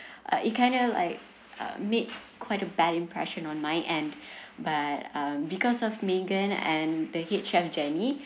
uh it kinda like uh made quite a bad impression on my end but um because of megan and the head chef jenny